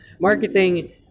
marketing